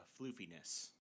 floofiness